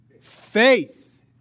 Faith